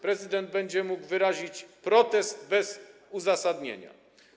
Prezydent będzie mógł wnieść protest bez uzasadnienia.